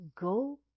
go